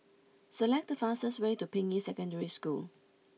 select the fastest way to Ping Yi Secondary School